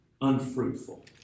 unfruitful